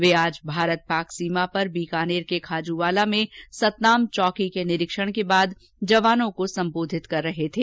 वे आज भारत पाक सीमा पर बीकानेर के खाजूवाला में सतनाम चौकी के निरीक्षण के बाद जवानों को संबोधित कर रहे थे